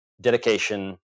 dedication